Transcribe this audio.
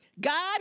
God